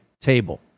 table